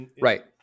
Right